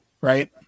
right